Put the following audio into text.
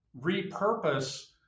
repurpose